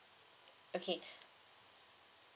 okay